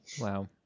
Wow